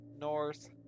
north